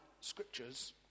scriptures